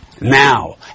now